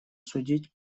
судить